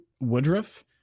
Woodruff